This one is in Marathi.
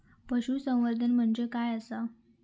पशुसंवर्धन म्हणजे काय आसा?